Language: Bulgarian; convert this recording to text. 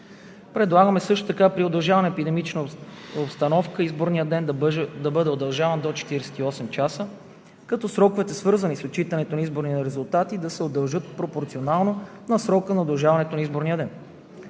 Предлагаме също така при удължаване на епидемичната обстановка изборният ден да бъде удължаван до 48 часа, като сроковете, свързани с отчитането на изборните резултати, да се удължат пропорционално на срока на удължаването на изборния ден.